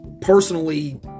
personally